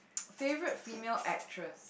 favourite female actress